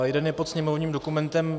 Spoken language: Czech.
Jeden je pod sněmovním dokumentem 2396.